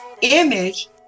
image